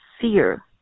fear